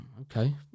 okay